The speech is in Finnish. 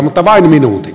mutta vain minuutin